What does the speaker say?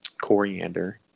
coriander